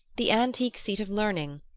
the antique seat of learning,